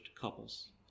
couples